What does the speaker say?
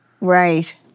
Right